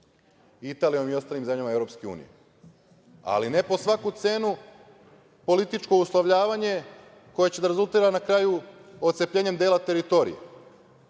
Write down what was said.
Italijom i ostalim zemljama EU. Ali, ne po svaku cenu političko uslovljavanje koje će da rezultira na kraju ocepljenjem dela teritorije.